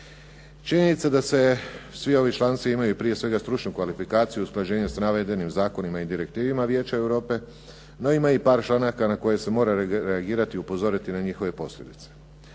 Činjenica je da svi ovi članci imaju prije svega stručnu kvalifikaciju usklađenja s navedenim zakonima i direktivama Vijeća Europe, no ima i par članaka na koje se mora reagirati i upozoriti na njihove posljedice.